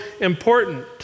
important